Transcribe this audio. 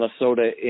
Minnesota